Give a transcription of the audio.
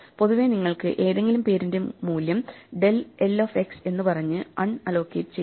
പൊതുവേ നിങ്ങൾക്ക് ഏതെങ്കിലും പേരിന്റെ മൂല്യം dellx എന്ന് പറഞ്ഞ് അൺ അലോക്കേറ്റ് ചെയ്യാം